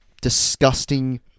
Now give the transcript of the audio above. disgusting